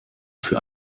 für